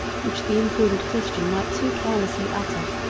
which the imprudent christian might too carelessly utter,